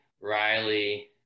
Riley